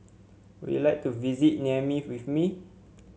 would you like to visit Niamey with me